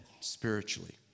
spiritually